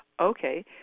okay